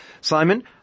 Simon